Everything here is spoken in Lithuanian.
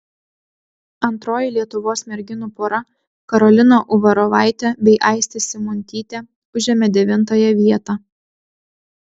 antroji lietuvos merginų pora karolina uvarovaitė bei aistė simuntytė užėmė devintąją vietą